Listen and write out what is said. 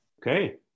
Okay